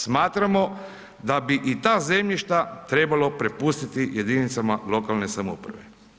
Smatramo da bi i ta zemljišta trebalo prepustiti jedinicama lokalne samouprave.